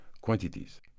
quantities